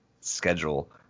schedule